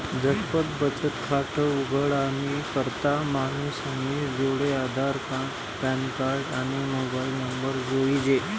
झटपट बचत खातं उघाडानी करता मानूसनी जोडे आधारकार्ड, पॅनकार्ड, आणि मोबाईल नंबर जोइजे